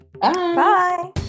Bye